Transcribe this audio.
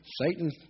Satan